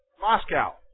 Moscow